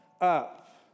up